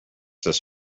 this